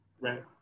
right